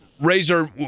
Razor